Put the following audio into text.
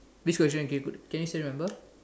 which question can you could can you still remember